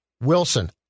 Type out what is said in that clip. Wilson